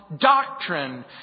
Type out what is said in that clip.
doctrine